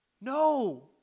No